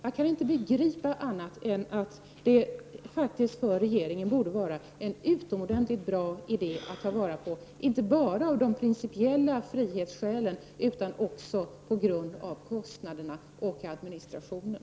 Jag kan inte begripa annat än att det för regeringen faktiskt borde vara en utom ordentligt bra idé att ta fasta på, inte bara av principiella frihetsskäl utan också på grund av kostnaderna och administrationen.